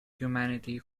humanity